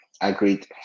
Agreed